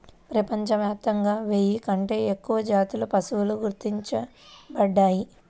ప్రపంచవ్యాప్తంగా వెయ్యి కంటే ఎక్కువ జాతుల పశువులు గుర్తించబడ్డాయి